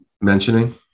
mentioning